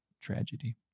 tragedy